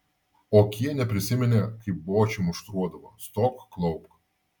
okienė prisiminė kaip bočį muštruodavo stok klaupk